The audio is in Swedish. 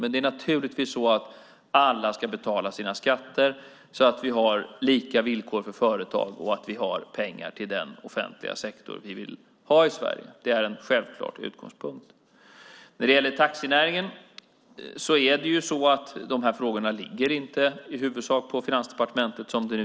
Men alla ska naturligtvis betala sina skatter så att vi har lika villkor för företag och att vi har pengar till den offentliga sektor vi vill ha i Sverige. Det är en självklar utgångspunkt. Frågorna om taxinäringen ligger i huvudsak inte på Finansdepartementet.